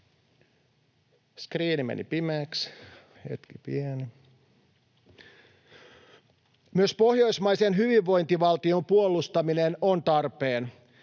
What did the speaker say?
Myös pohjoismaisen hyvinvointivaltion puolustaminen on tarpeen.